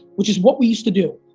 which is what we used to do,